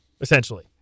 essentially